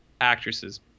actresses